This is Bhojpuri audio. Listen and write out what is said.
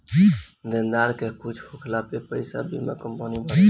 देनदार के कुछु होखला पे पईसा बीमा कंपनी भरेला